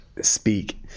speak